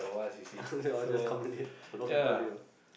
they all just come late a lot of people late orh